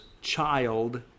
child